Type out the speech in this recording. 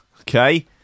Okay